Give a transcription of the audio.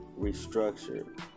restructured